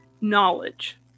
knowledge